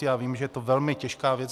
Já vím, že je to velmi těžká věc.